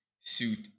suit